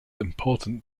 important